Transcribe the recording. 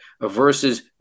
versus